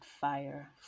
fire